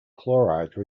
chloride